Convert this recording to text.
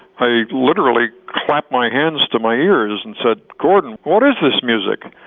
i literally clapped my hands to my ears and said, gordon, what is this music?